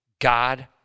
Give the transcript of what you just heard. god